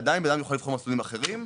עדיין אדם יוכל לבחור מסלולים אחרים.